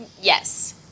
Yes